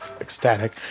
ecstatic